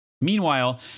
Meanwhile